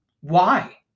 Why